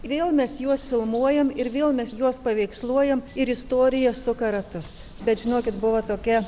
vėl mes juos filmuojam ir vėl mes juos paveiksluojam ir istorija suka ratus bet žinokit buvo tokia